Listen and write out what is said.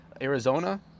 Arizona